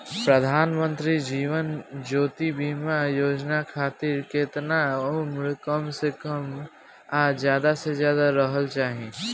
प्रधानमंत्री जीवन ज्योती बीमा योजना खातिर केतना उम्र कम से कम आ ज्यादा से ज्यादा रहल चाहि?